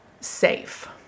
safe